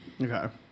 Okay